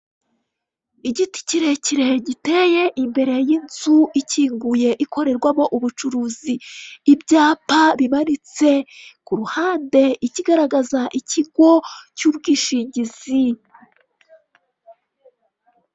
Igiti kirekire giteye imbere y'inzu ikinguye ikorerwamo ubucuruzi, ibyapa bimanitse kuruhande ikigaragaza ikigo cy'ubwishingizi.